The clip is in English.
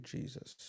Jesus